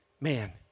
Man